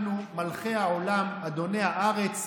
אנחנו מלכי העולם, אדוני הארץ.